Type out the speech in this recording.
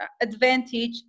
advantage